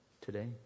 today